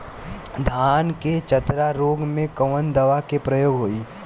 धान के चतरा रोग में कवन दवा के प्रयोग होई?